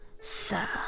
sir